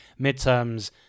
midterms